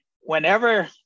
Whenever